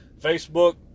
Facebook